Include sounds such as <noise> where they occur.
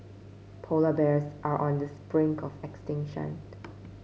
polar bears are on the <unintelligible> of extinction